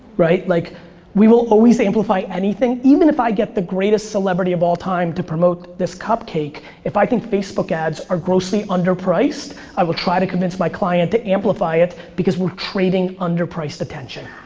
like we will always amplify anything. even if i get the greatest celebrity of all time to promote this cupcake, if i think facebook ads are grossly underpriced i will try to convince my client to amplify it because we're trading underpriced attention.